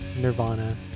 Nirvana